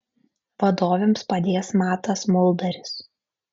vadovėms padės matas muldaris